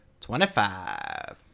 Twenty-five